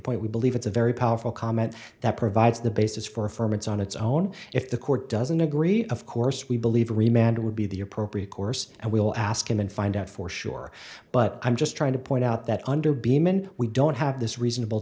point we believe it's a very powerful comment that provides the basis for a firm it's on its own if the court doesn't agree of course we believe every man would be the appropriate course and we'll ask him and find out for sure but i'm just trying to point out that under beeman we don't have this reasonable